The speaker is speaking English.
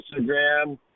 Instagram